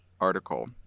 article